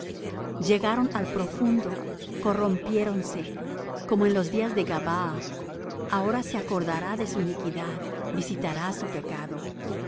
llegaron al profundo corrompiéronse como en los días de gabaa ahora se acordará de su iniquidad visitará su pecado